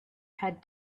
had